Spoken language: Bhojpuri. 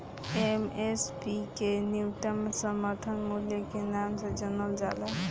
एम.एस.पी के न्यूनतम समर्थन मूल्य के नाम से जानल जाला